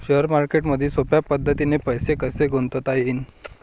Share मार्केटमधी सोप्या पद्धतीने पैसे कसे गुंतवता येईन?